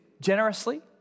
generously